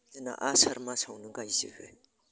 जोंना आसार मासआवनो गायजोबो